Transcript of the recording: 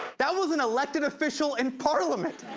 that was an elected official in parliament.